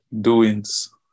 Doings